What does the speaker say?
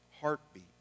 heartbeat